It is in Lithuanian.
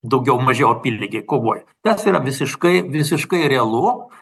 daugiau mažiau apylygėj kovoj tas yra visiškai visiškai realu